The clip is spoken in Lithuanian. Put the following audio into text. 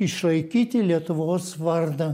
išlaikyti lietuvos vardą